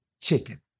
chicken